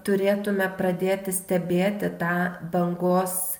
turėtume pradėti stebėti tą bangos